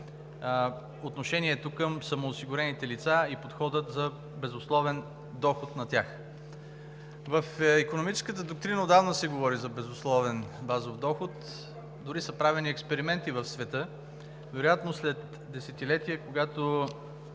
отношението към самоосигурените лица и подходът за безусловен доход на тях. В икономическата доктрина отдавна се говори за безусловен базов доход, дори са правени експерименти в света. Вероятно след десетилетия, когато